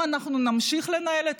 ואני יודע שתדע לעשות את